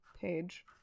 page